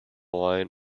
line